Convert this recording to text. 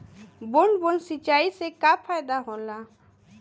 बूंद बूंद सिंचाई से का फायदा होला?